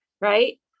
right